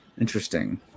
interesting